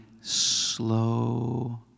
slow